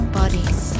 bodies